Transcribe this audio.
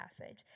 passage